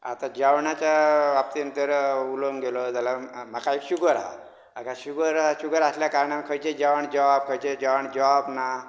आतां जेवणाच्या बाबतीन तर उलोवंक गेलो जाल्या म्हाका आयज शुगर आहा म्हाका शुगर आह् शुगर आसल्या कारणान खंयचे जेवण जोवप खंयचे जोवण जेवप ना